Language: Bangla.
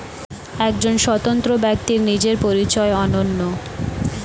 একজন স্বতন্ত্র ব্যক্তির নিজের পরিচয় অনন্য